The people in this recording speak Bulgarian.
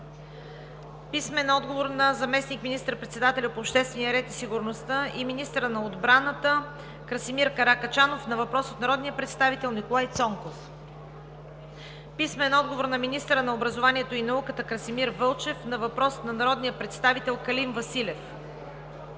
Анастасова; - заместник министър-председателя по обществения ред и сигурността и министър на отбраната Красимир Каракачанов на въпрос от народния представител Николай Цонков; - министъра на образованието и науката Красимир Вълчев на въпрос от народния представител Калин Василев;